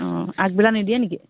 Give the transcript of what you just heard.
অঁ আগবেলা নিদিয়ে নেকি